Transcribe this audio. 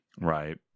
right